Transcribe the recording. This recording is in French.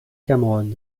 cameron